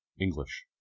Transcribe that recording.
english